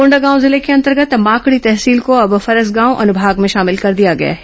कोंडागांव जिले के अंतर्गत माकड़ी तहसील को अब फरसगांव अनुभाग में शामिल कर दिया गया है